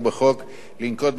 לנקוט חלופה שלישית,